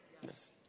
Yes